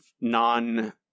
non